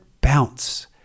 bounce